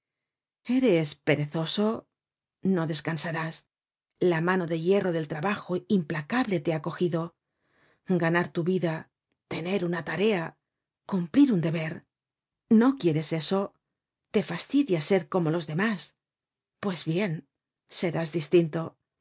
eres perezoso no descansarás la mano de hierro del trabajo implacable te ha cogido ganar tu vida tener una tarea cumplir un deber no quieres esto te fastidia ser como los demás pues bien serás distinto